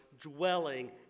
dwelling